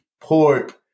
pork